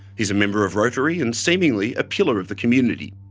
he's a member of rotary and, seemingly, a pillar of the community.